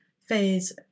phase